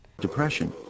Depression